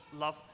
love